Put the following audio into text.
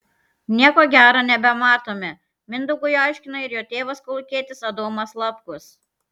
nieko gero nebematome mindaugui aiškina ir jo tėvas kolūkietis adomas lapkus